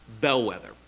bellwether